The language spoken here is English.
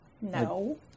No